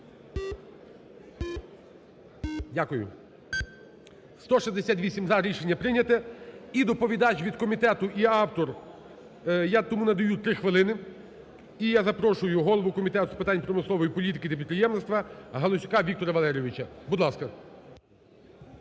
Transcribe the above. Дякую. 168 – за. Рішення прийнято. І доповідач від комітету, і автор, я тому надаю 3 хвилини. І я запрошую голову Комітету з питань промислової політики та підприємництва Галасюка Віктора Валерійовича. Будь ласка.